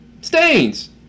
stains